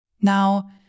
Now